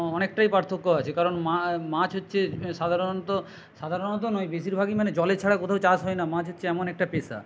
অনেকটাই পার্থক্য আছে কারণ মাছ হচ্ছে সাধারণত সাধারণত নয় বেশিরভাগই মানে জলে ছাড়া কোথাও চাষ হয় না মাছ হচ্ছে এমন একটা পেশা